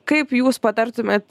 kaip jūs patartumėt